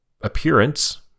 appearance